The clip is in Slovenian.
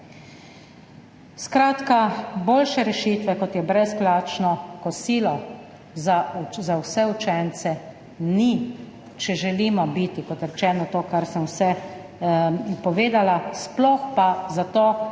Skratka, boljše rešitve, kot je brezplačno kosilo za vse učence, ni, če želimo biti, kot rečeno, to, kar sem vse povedala, sploh pa zato,